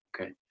okay